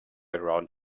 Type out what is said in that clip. around